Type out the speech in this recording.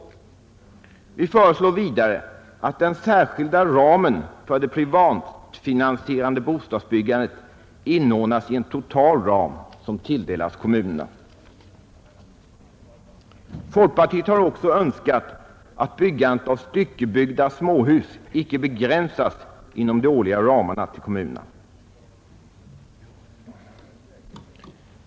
Vidare föreslår vi att den särskilda ramen för det privatfinansierade bostadsbyggandet inordnas i en totalram som tilldelas kommunerna. Folkpartiet har också önskat att produktionen av styckebyggda småhus inte begränsas i de årliga ramarna för kommunerna.